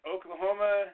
Oklahoma